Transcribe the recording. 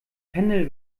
pendel